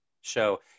show